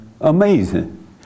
Amazing